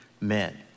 men